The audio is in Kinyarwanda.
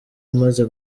amaze